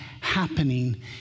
happening